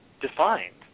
defined